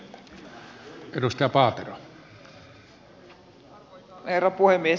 arvoisa herra puhemies